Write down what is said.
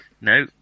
No